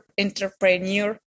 entrepreneur